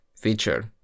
feature